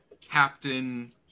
Captain